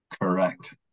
Correct